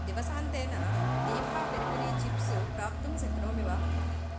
दिवसान्तेन दीभा peri peri chips प्राप्तुं शक्नोमि वा